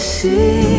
see